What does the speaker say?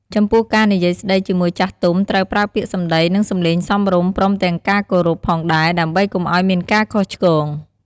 ចំពោះការនិយាយស្ដីជាមួយចាស់ទុំត្រូវប្រើពាក្យសម្ដី និងសំឡេងសមរម្យ ព្រមទាំងការគោរពផងដែរ ដើម្បីកុំឲ្យមានការខុសឆ្គង។